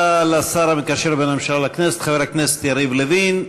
תודה רבה לשר המקשר בין הממשלה לכנסת חבר הכנסת יריב לוין.